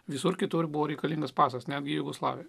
visur kitur buvo reikalingas pasas netgi jugoslavijoj